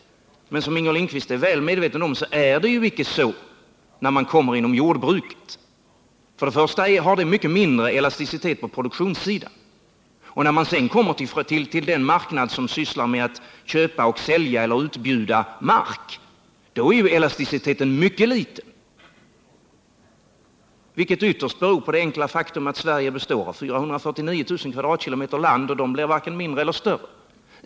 Men som Inger Lindquist är väl medveten om är det icke så inom jordbruket. Först och främst har jordbruket en mycket mindre elasticitet på produktionssidan. När man sedan kommer till den marknad som sysslar med köp och försäljning av mark, blir elasticiteten mycket liten, vilket ytterst beror på det enkla faktum att Sverige består av 449 000 km? land och inte blir vare sig större eller mindre.